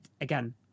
again